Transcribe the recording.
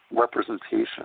representation